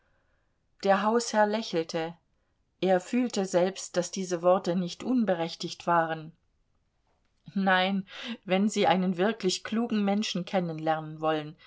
der hausherr lächelte er fühlte selbst daß diese worte nicht unberechtigt waren nein wenn sie einen wirklich klugen menschen kennenlernen wollen